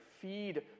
feed